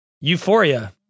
Euphoria